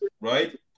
right